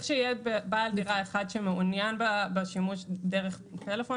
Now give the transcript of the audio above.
צריך שיהיה בעל דירה אחד שמעוניין בשימוש דרך פלאפון,